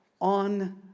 On